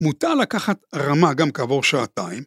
‫מותר לקחת רמה גם כעבור שעתיים.